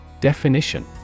Definition